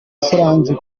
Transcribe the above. solange